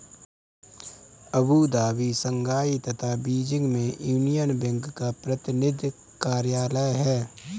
Abu Dhabi, Shanghai तथा Beijing में Union Bank का प्रतिनिधि कार्यालय है?